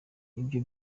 ibyo